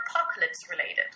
apocalypse-related